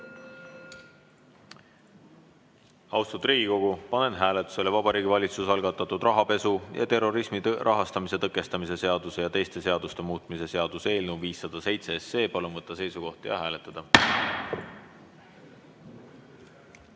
Austatud Riigikogu, panen hääletusele Vabariigi Valitsuse algatatud rahapesu ja terrorismi rahastamise tõkestamise seaduse ja teiste seaduste muutmise seaduse eelnõu 507. Palun võtta seisukoht ja hääletada!